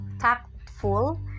tactful